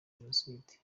jenoside